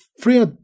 Free